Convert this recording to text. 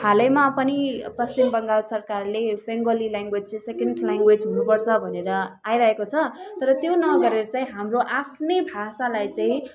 हालैमा पनि पश्चिम बङ्गाल सरकारले बेङ्गोली ल्याङ्ग्वेज चाहिँ सेकेन्ड ल्याङ्ग्वेज हुनु पर्छ भनेर आइरहेको छ तर त्यो नगरेर चाहिँ हाम्रो आफ्नै भाषालाई चाहिँ